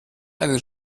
einen